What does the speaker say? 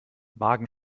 wagen